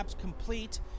complete